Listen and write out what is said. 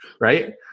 Right